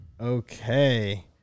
Okay